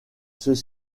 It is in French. ceux